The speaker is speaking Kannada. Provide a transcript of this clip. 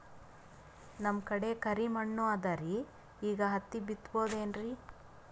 ನಮ್ ಕಡೆ ಕರಿ ಮಣ್ಣು ಅದರಿ, ಈಗ ಹತ್ತಿ ಬಿತ್ತಬಹುದು ಏನ್ರೀ?